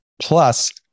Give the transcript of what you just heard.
Plus